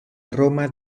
roma